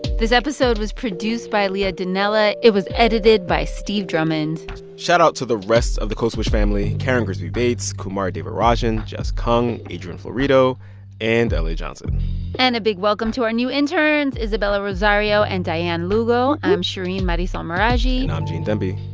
this episode was produced by leah donnella. it was edited by steve drummond shoutout to the rest of the code switch family karen grigsby bates, kumari devarajan, jess kung, adrian florido and la johnson and a big welcome to our new interns, isabella rosario and dianne lugo. i'm shereen marisol meraji and i'm gene demby.